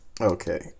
Okay